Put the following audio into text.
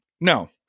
No